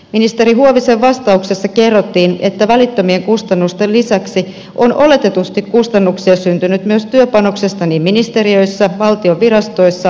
ministeri huovisen vastauksessa kerrottiin että välittömien kustannusten lisäksi kustannuksia on oletetusti syntynyt myös työpanoksesta ministeriöissä valtion virastoissa ja järjestöissä